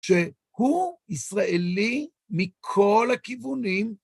שהוא ישראלי מכל הכיוונים.